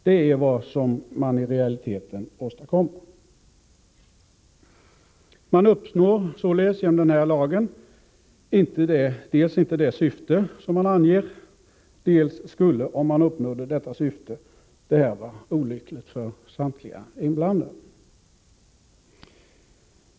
Det är vad som i realiteten åstadkommes. Man uppnår genom lagen inte det syfte man anger, och om man skulle göra det vore det olyckligt för samtliga inblandade.